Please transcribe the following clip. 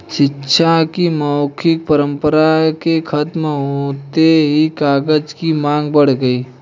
शिक्षा की मौखिक परम्परा के खत्म होते ही कागज की माँग बढ़ गई